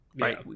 right